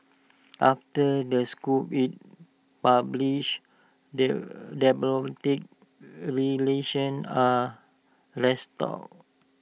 after the scoop is published diplomatic relations are restored